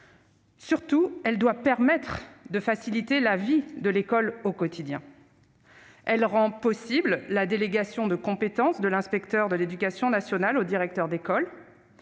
Surtout, elle a vocation à faciliter la vie de l'école au quotidien. Elle rend possible la délégation de compétences de l'inspecteur de l'éducation nationale au directeur d'école,